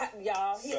Y'all